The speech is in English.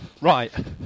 right